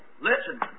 Listen